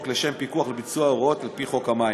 לשם פיקוח על ביצוע ההוראות על-פי חוק המים.